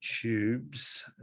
tubes